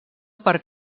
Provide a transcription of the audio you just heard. per